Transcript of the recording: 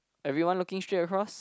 everyone looking straight across